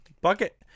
bucket